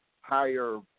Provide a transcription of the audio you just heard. higher